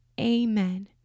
Amen